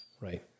Right